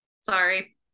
sorry